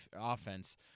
offense